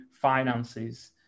finances